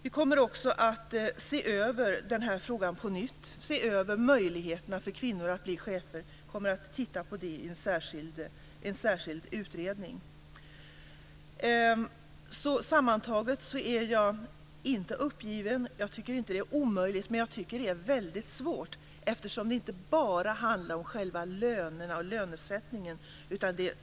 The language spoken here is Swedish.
Vi kommer också att se över den här frågan på nytt. Vi kommer att se över möjligheterna för kvinnor att bli chefer. Vi kommer att titta på det i en särskild utredning. Sammantaget är jag inte uppgiven. Jag tycker inte att det är omöjligt, men jag tycker att det är väldigt svårt. Det handlar inte bara om själva lönerna och lönesättningen.